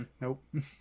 Nope